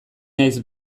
naiz